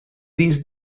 these